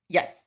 Yes